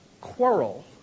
quarrel